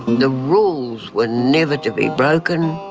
the rules were never to be broken,